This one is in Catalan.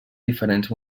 diferents